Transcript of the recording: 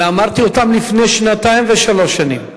אלא אמרתי אותם לפני שנתיים ושלוש שנים.